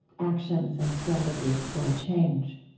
actions and strategies for change